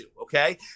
okay